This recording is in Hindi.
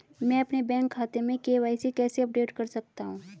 मैं अपने बैंक खाते में के.वाई.सी कैसे अपडेट कर सकता हूँ?